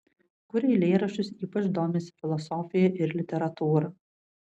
kuria eilėraščius ypač domisi filosofija ir literatūra